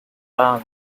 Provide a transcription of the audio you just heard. bam